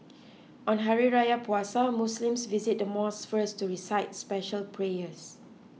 on Hari Raya Puasa Muslims visit the mosque first to recite special prayers